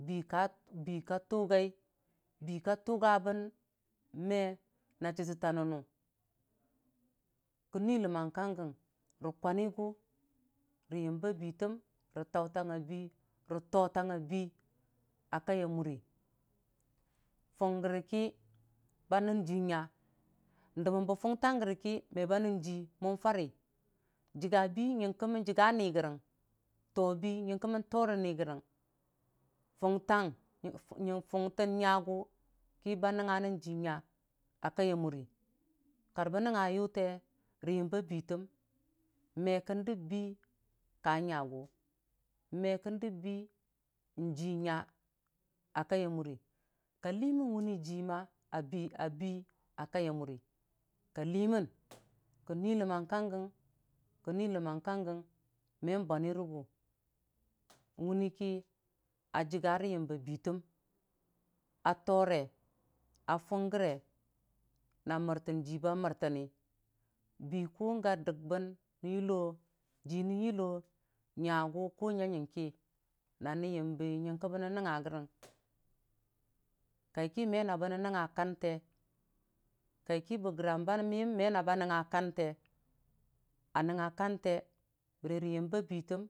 Bii ka tuga, bii ka tuga bən me na chitətta nʊnu kən ni dəmang ka kə rə kwanigʊ rə yimba biitem rə tautangnga bii, rə totang nga bii a kaya murə fungəri ki ba nənju nya n'dəmən bə fʊtang gəriki məba nən ji mən fari jiga bii yingkə mən jiga nigəri to bii nyəngke mən to rə nigərə, futang n'futən nya gʊ kiba nɨnga nən jinya akai ya murə kar bən nɨngnga yʊle rə yəmba biitem me ken dəm kanyagʊ me kən dəm bii n'jinya a kaiya murə kalimən wuni ji abii abii akai ya murəkali mən kən nyi ləmang kagə kən nui ləmang kagə mən banyi wʊniki a jiga rə yəm ba biitam, a tore a fugəri na mərten jiba mərtəni bii kʊga dək bən nən yʊlo jinən yʊlo nyagʊ kʊ nya nyənkəna nən yəmbe nyənkə bənən nəngnga gəri, kai kime bənən nɨnga kante, kai ki bəgəram ba miyʊ mena ba nəngnga, kante anəngnga kante bərəri yim ba bii tem.